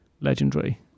legendary